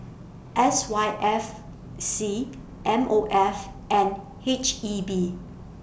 S Y F C M O F and H E B